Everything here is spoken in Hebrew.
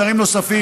דברים נוספים,